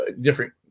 different